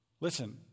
Listen